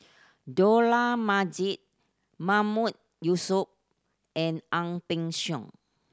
Dollah Majid Mahmood Yusof and Ang Peng Siong